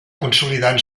consolidant